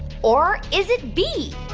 or is it b,